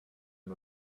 and